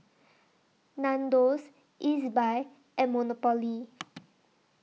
Nandos Ezbuy and Monopoly